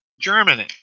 Germany